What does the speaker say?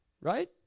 Right